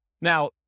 Now